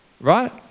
right